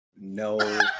No